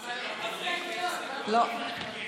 רק אבהיר